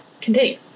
continue